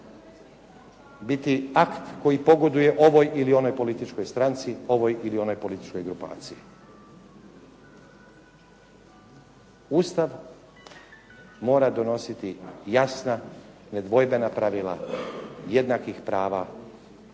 biti akt koji pogoduje ovoj ili onoj političkoj stranci, ovoj ili onoj političkoj grupaciji. Ustav mora donositi jasna, nedvojbena pravila jednakih prava